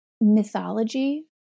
mythology